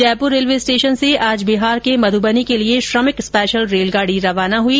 Jaipur railway station से आज बिहार के मधूबनी के लिए श्रमिक स्पेशल रेलगाडी रवाना हुई